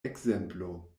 ekzemplo